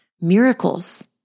miracles